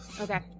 Okay